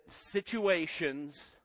situations